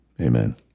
Amen